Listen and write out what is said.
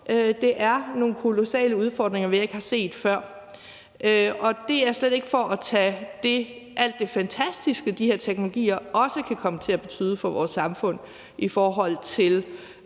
Det er nogle kolossale udfordringer, vi ikke har set før. Det er slet ikke for at tage alt det fantastiske, de her teknologier også kan komme til at betyde for vores samfund i forhold til